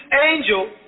angel